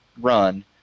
run